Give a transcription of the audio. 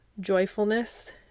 joyfulness